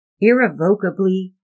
irrevocably